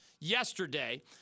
yesterday